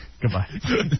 Goodbye